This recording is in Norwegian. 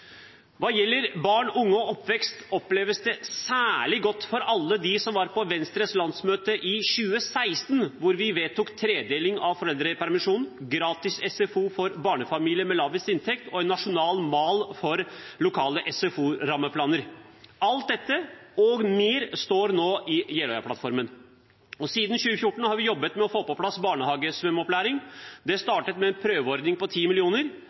Hva gjelder barn, unge og oppvekst, oppleves det særlig godt for alle de som var på Venstres landsmøte i 2016, hvor vi vedtok tredeling av foreldrepermisjonen, gratis SFO for barnefamilier med lavest inntekt og en nasjonal mal for lokale SFO-rammeplaner. Alt dette og mer står nå i Jeløya-plattformen. Siden 2014 har vi jobbet med å få på plass barnehagesvømmeopplæring. Det startet med en prøveordning på